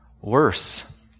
Worse